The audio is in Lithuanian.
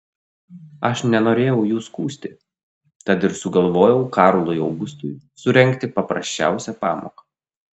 aš nenorėjau jo skųsti tad ir sugalvojau karlui augustui surengti paprasčiausią pamoką